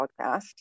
podcast